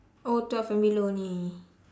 oh twelve and below only